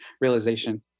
realization